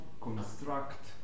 construct